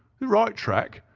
the right track!